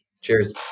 Cheers